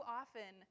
often